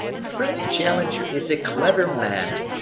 friend challenger is a clever man,